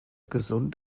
gesund